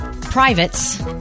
privates